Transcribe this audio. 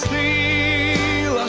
a